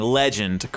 legend